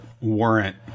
warrant